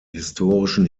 historischen